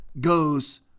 goes